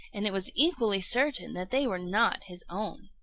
and it was equally certain that they were not his own.